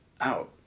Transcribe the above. out